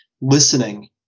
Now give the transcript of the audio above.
listening